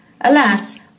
Alas